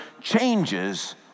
changes